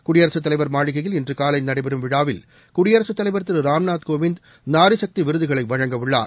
குடியரசுத்தலைவர் மாளிகையில் இன்று காலை நடைபெறும் விழாவில் குடியரசுத் தலைவர் திரு ராம்நாத் கோவிந்த் நாரிசக்தி விருதுகளை வழங்க உள்ளார்